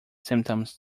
symptoms